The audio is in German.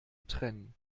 trennen